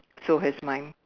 so has mine